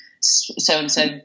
so-and-so